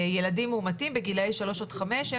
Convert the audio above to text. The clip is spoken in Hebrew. ילדים מאומתים בגילאי שלוש עד חמש הם